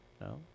No